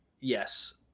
yes